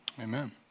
Amen